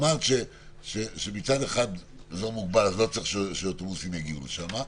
אמרת שמצד אחד זה אזור מוגבל אז לא צריך שאוטובוסים יגיעו לשם,